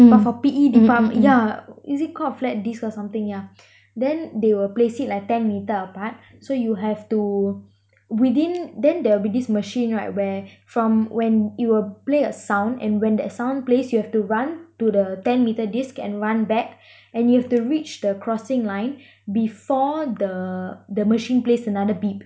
but for P_E depart~ yeah is it called flat disc or something yeah then they will place it like ten metre apart so you have to within then they will be this machine right where from when it will play a sound and when that sound plays you have to run to the ten metre disc and run back and you'll have to reach the crossing line before the machine plays another beep